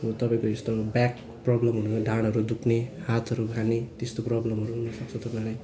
तपाईँको यस्तो ब्याक प्रोब्लमहरू ढाडहरू दुख्ने हातहरू खाने त्यस्तो प्रोब्लमहरू हुनुसक्छ तपाईँलाई